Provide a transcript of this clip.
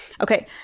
Okay